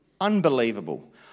unbelievable